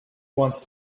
wants